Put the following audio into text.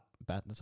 bad